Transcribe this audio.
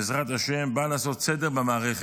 בעזרת השם, באה לעשות סדר במערכת.